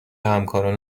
همکاران